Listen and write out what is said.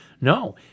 No